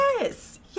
Yes